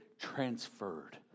transferred